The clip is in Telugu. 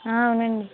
అవునండి